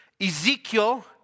Ezekiel